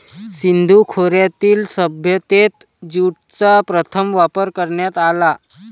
सिंधू खोऱ्यातील सभ्यतेत ज्यूटचा प्रथम वापर करण्यात आला